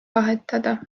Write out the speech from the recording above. vahetada